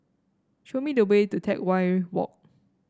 show me the way to Teck Whye Walk